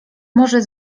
może